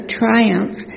triumph